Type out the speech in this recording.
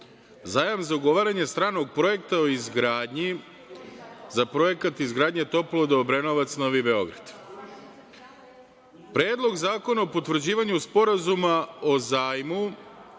zajam za ugovaranje stranog projekta o izgradnji, za projekat izgradnje toplovoda Obrenovac, Novi Beograd, Predlog zakona o potvrđivanju Sporazuma o zajmu,